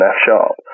F-sharp